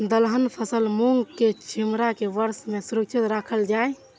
दलहन फसल मूँग के छिमरा के वर्षा में सुरक्षित राखल जाय?